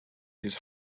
his